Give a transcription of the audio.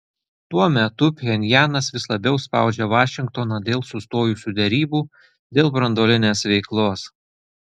tuo metu pchenjanas vis labiau spaudžia vašingtoną dėl sustojusių derybų dėl branduolinės veiklos